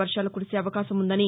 వర్షాలు కురిసే అవకాసం ఉందని